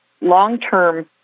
long-term